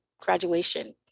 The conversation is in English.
graduation